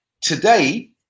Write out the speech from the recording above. Today